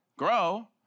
grow